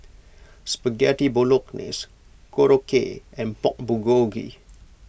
Spaghetti Bolognese Korokke and Pork Bulgogi